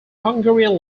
hungarian